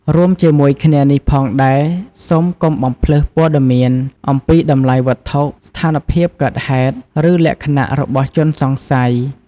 រួមជាមួយគ្នានេះផងដែរ សូមកុំបំភ្លើសព័ត៌មាន អំពីតម្លៃវត្ថុ ស្ថានភាពកើតហេតុ ឬលក្ខណៈរបស់ជនសង្ស័យ។